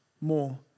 more